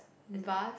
as in